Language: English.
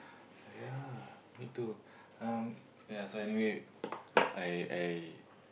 oh yeah me too um yeah so anyway I I